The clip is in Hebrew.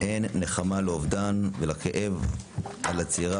אין נחמה לאובדן ולכאב על הצעירה